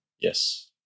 Yes